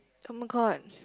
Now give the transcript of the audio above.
[oh]-my-god